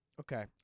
Okay